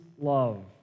love